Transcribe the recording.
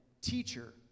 teacher